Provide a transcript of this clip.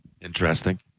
Interesting